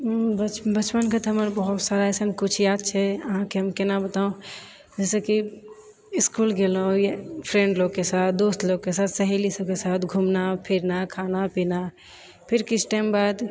बचपनके तऽ हमर बहुत सारा अइसन किछु याद छै अहाँकेँ हम केना बताउ जैसे कि इसकुल गेलहुँ या फ्रेंड लोगके साथ दोस्त लोगके साथ सहेली सबके साथ घूमना फिरना खाना पीना फेर किछु टाइम बाद